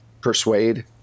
Persuade